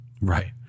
Right